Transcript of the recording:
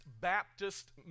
Baptist